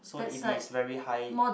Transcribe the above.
so it is very high